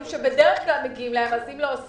של אנשים יחידנים שנותרו ללא עבודה.